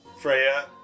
Freya